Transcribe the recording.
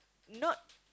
not